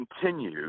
continue